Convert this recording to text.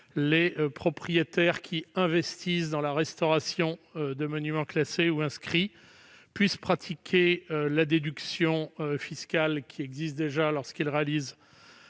les propriétaires qui investissent dans la restauration de monuments classés ou inscrits puissent pratiquer la déduction fiscale qui existe déjà lorsqu'ils réalisent